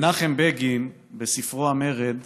מנחם בגין בספרו "המרד"